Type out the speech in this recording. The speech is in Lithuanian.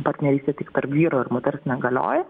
partnerystę tik tarp vyro ir moters negalioja